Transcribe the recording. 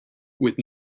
with